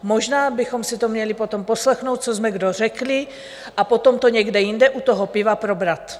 Možná bychom si to měli potom poslechnout, co jsme kdo řekli, a potom to někde jinde u toho piva probrat.